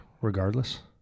regardless